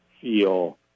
feel